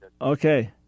Okay